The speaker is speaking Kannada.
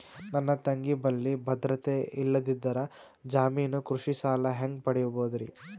ನನ್ನ ತಂಗಿ ಬಲ್ಲಿ ಭದ್ರತೆ ಇಲ್ಲದಿದ್ದರ, ಜಾಮೀನು ಕೃಷಿ ಸಾಲ ಹೆಂಗ ಪಡಿಬೋದರಿ?